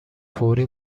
فوری